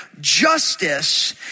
Justice